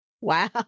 Wow